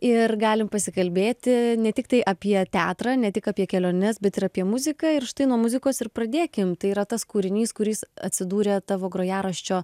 ir galim pasikalbėti ne tiktai apie teatrą ne tik apie keliones bet ir apie muziką ir štai nuo muzikos ir pradėkim tai yra tas kūrinys kuris atsidūrė tavo grojaraščio